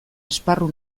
esparru